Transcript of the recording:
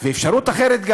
אפשרות אחרת היא